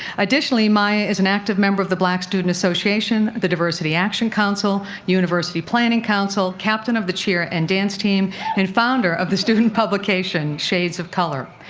additionally, maya is an active member of the black student association, the diversity action council, university planning council, captain of the cheer and dance team and founder of the student publication shades of color.